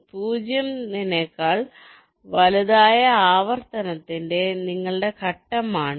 0 നേക്കാൾ വലുതായ ആവർത്തനത്തിന്റെ നിങ്ങളുടെ ഘട്ടമാണിത്